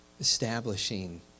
establishing